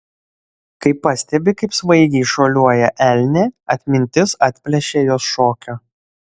kai pastebi kaip svaigiai šuoliuoja elnė atmintis atplėšia jos šokio